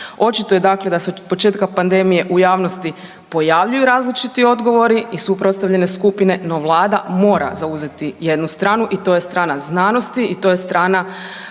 Očito je dakle da se od početka pandemije u javnosti pojavljuju različiti odgovori i suprotstavljane skupine no Vlada mora zauzeti jednu strana i to je strana znanosti i to je strana